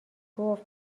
گفت